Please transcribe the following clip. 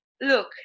look